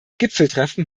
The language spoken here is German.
gipfeltreffen